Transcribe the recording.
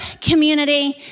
community